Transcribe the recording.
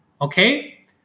okay